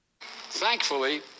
Thankfully